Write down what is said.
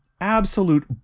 absolute